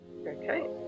Okay